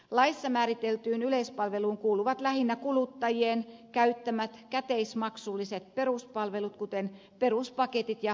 laissa määriteltyyn yleispalveluun kuuluvat lähinnä kuluttajien käyttämät käteismaksulliset peruspalvelut kuten peruspaketit ja postimerkkikirjeet